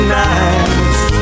nights